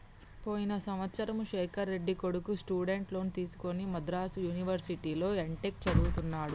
పోయిన సంవత్సరము శేఖర్ రెడ్డి కొడుకు స్టూడెంట్ లోన్ తీసుకుని మద్రాసు యూనివర్సిటీలో ఎంటెక్ చదువుతున్నడు